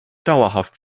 dauerhaft